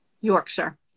Yorkshire